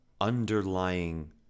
underlying